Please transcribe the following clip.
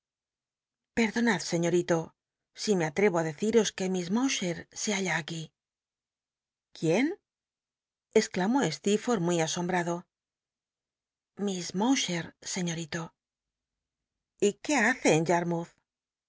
perdonad scñotito si me atrevo ti deciros que miss il uwcher se halla aq uí quién exclamó steerforlh muy asombrado lis llowcber señorito y qué hace